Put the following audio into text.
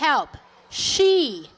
help she